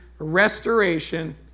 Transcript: Restoration